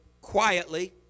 quietly